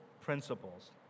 principles